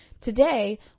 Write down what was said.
Today